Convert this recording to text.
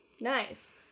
Nice